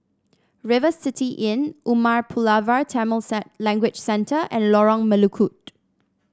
River City Inn Umar Pulavar Tamil Language Centre and Lorong Melukut